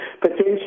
potentially